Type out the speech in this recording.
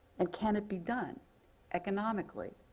and can it be done economically,